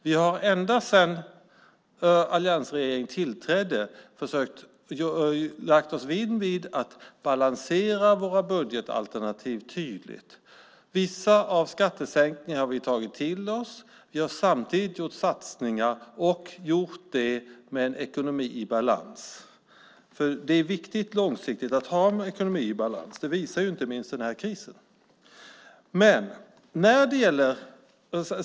Vi har ända sedan alliansregeringen tillträdde försökt vinnlägga oss om att balansera våra budgetalternativ tydligt. Vissa av skattesänkningarna har vi tagit till oss. Vi har samtidigt gjort satsningar och gjort det med en ekonomi i balans. Det är nämligen viktigt långsiktigt att ha en ekonomi i balans. Det visar inte minst denna kris.